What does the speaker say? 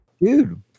Dude